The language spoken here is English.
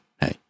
hey